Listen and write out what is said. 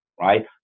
right